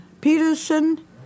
Peterson